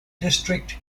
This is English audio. district